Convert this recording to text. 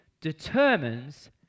determines